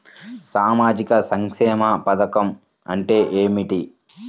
సామాజిక సంక్షేమ పథకం అంటే ఏమిటి?